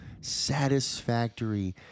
satisfactory